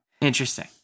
Interesting